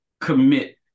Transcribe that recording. commit